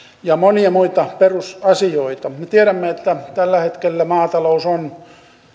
ja monia monia muita perusasioita me tiedämme että tällä hetkellä maatalous on